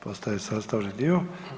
Postaje sastavni dio.